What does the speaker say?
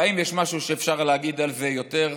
והאם יש משהו שאפשר להגיד על זה יותר?